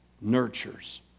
nurtures